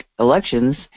elections